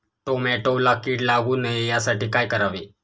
टोमॅटोला कीड लागू नये यासाठी काय करावे?